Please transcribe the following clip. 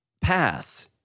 Pass